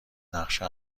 نقشه